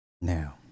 Now